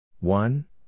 One